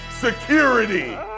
security